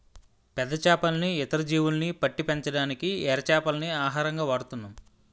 పెద్ద చేపల్ని, ఇతర జీవుల్ని పట్టి పెంచడానికి ఎర చేపల్ని ఆహారంగా వాడుతున్నాం